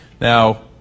Now